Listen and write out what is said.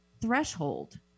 threshold